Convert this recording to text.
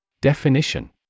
Definition